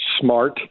smart